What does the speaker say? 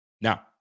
Now